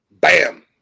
Bam